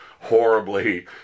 horribly